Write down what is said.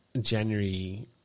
January